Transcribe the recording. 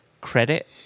Credit